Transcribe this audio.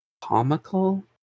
comical